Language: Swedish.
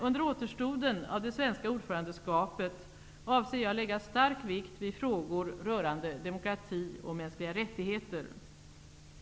Under återstoden av det svenska ordförandeskapet avser jag att lägga stor vikt vid frågor rörande demokrati och mänskliga rättigheter.